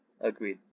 agreed